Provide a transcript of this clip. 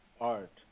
art